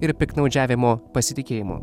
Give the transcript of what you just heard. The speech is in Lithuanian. ir piktnaudžiavimo pasitikėjimu